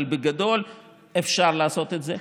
אבל בגדול אפשר לעשות את זה,